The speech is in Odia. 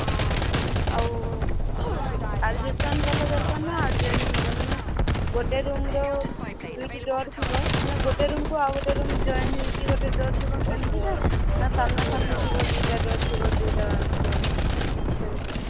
ହଁ ଆଉ ବାଲା ଦରକାର ନାଁ ବାଲା ମାନେ ଗୋଟେ ରୁମ୍ର ଦୁଇଟି ଡୋର୍ ଥିବ ମାନେ ଗୋଟେ ରୁମ୍କୁ ଆଉ ଗୋଟେ ରୁମ୍ ଜଏନ୍ ହେଇକି ଗୋଟେ ଡୋର୍ ଥିବ ସେମତିକା ନାଁ ସାମ୍ନା ସାମ୍ନି ଥିବ ଦୁଇଟା ଡୋର୍ ଥିବ ଦୁଇଟା ଷ୍ଟଲ୍ରେ ସେମତି